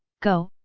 go,